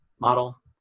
model